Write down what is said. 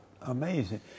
Amazing